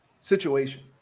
situation